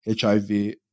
HIV